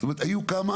זאת אומרת, היו כמה,